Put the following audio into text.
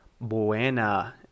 buena